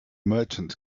merchant